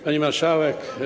Pani Marszałek!